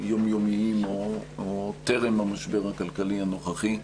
יומיומיים, או טרם המשבר הכלכלי, הנוכחי.